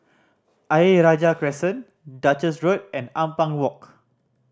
Ayer Rajah Crescent Duchess Road and Ampang Walk